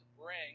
Bring